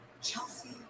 Chelsea